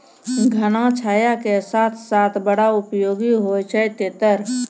घना छाया के साथ साथ बड़ा उपयोगी होय छै तेतर